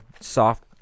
soft